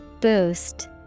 Boost